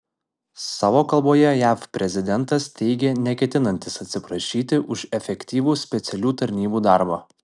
savo kalboje jav prezidentas teigė neketinantis atsiprašyti už efektyvų specialių tarnybų darbą